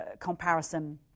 comparison